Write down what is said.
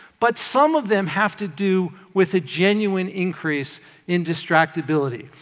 but some of them have to do with a genuine increase in distractibility.